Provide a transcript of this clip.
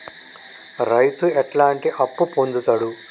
రైతు ఎట్లాంటి అప్పు పొందుతడు?